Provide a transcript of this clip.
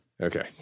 Okay